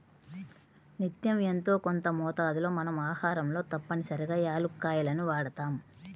నిత్యం యెంతో కొంత మోతాదులో మన ఆహారంలో తప్పనిసరిగా యాలుక్కాయాలను వాడతాం